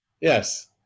yes